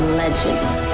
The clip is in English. legends